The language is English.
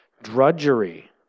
drudgery